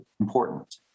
important